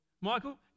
Michael